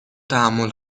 تحمل